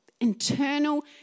internal